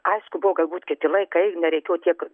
aišku buvo galbūt kiti laikai ir nereikėjo tiek